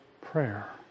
prayer